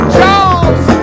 Charles